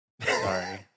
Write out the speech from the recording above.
Sorry